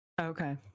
Okay